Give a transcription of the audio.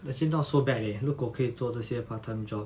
actually not so bad leh 如果可以做这些 part time job